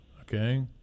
okay